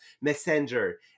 messenger